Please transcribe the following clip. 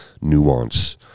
nuance